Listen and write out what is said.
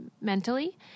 mentally